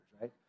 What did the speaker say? right